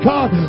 God